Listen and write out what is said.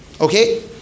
okay